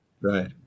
Right